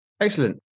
Excellent